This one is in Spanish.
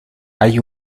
hay